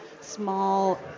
Small